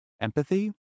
empathy